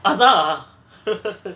அதா:atha